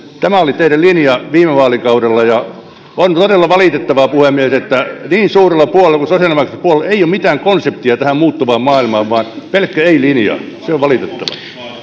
tämä oli teidän linjanne viime vaalikaudella on todella valitettavaa puhemies että niin suurella puolueella kuin sosiaalidemokraattisella puolueella ei ole mitään konseptia tähän muuttuvaan maailmaan vaan pelkkä ei linja se on valitettavaa